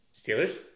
Steelers